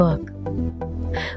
book